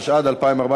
117), התשע"ד 2014,